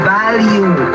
value